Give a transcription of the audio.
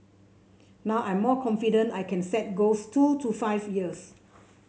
now I'm more confident I can set goals two to five years